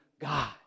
God